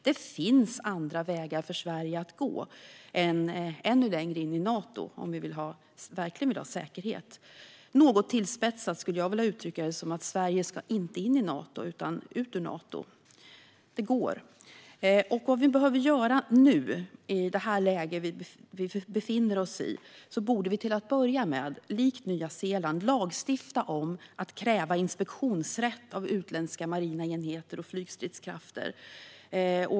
Det finns andra vägar för Sverige att gå ännu längre in i Nato om vi verkligen vill ha säkerhet. Något tillspetsat skulle jag vilja uttrycka det som att Sverige inte ska in i Nato utan ut ur Nato. Det går. Vad vi till att börja med behöver göra i det läge vi befinner oss är att likt Nya Zeeland lagstifta om att kräva inspektionsrätt av utländska marina enheter och flygstridskrafter.